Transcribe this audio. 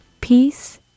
peace